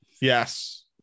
Yes